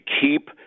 keep